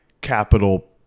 capital